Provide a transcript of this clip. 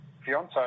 fiance